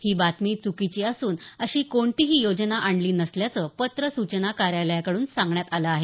ही बातमी चुकीची असून अशी कोणतीही योजना आणली नसल्याचं पत्र सूचना कार्यालयाकडून सांगण्यात आलं आहे